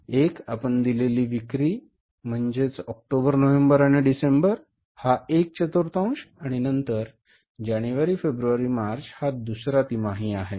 एक आपण दिलेली विक्री म्हणजे ऑक्टोबर नोव्हेंबर आणि डिसेंबर हा एक चतुर्थांश आणि नंतर जानेवारी फेब्रुवारी मार्च हा दुसरा तिमाही आहे